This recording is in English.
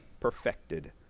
perfected